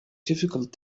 difficult